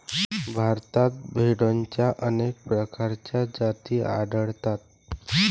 भारतात भेडोंच्या अनेक प्रकारच्या जाती आढळतात